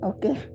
Okay